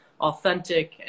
authentic